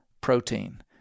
protein